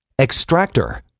Extractor